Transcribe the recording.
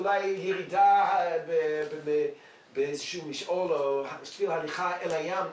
אולי ירידה באיזשהו משעול או שביל הליכה אל הים.